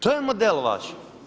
To je model vaš.